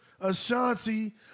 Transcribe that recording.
Ashanti